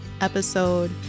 episode